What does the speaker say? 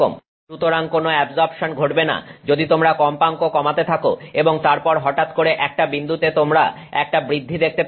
সুতরাং কোন অ্যাবজর্পশন ঘটবেনা যদি তোমরা কম্পাঙ্ক কমাতে থাকো এবং তারপর হঠাৎ করে একটা বিন্দুতে তোমরা একটা বৃদ্ধি দেখতে পাবে